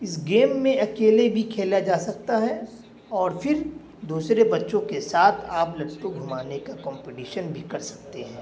اس game میں اکیلے بھی کھیلا جا سکتا ہے اور پھر دوسرے بچوں کے ساتھ آپ لٹو گھمانے کا کمپٹیشن بھی کر سکتے ہیں